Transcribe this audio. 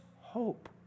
hope